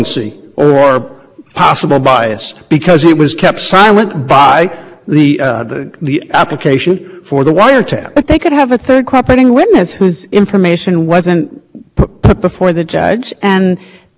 before the judge and that's just a call on the part of the investigating officials unless you have gone further and made a case that there is something being hidden by its exclusion i cannot